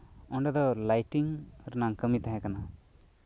ᱚᱸᱰᱮ ᱫᱚ ᱞᱟᱭᱴᱤᱝ ᱨᱮᱱᱟᱜ ᱠᱟᱹᱢᱤ ᱛᱟᱦᱮᱸ ᱠᱟᱱᱟ